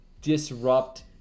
disrupt